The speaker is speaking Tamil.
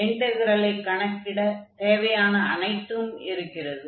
இன்டக்ரெலை கணக்கிட தேவையான அனைத்தும் இருக்கிறது